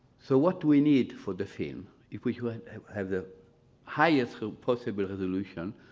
so what do we need for the film? if we have the highest possible resolution,